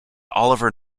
oliver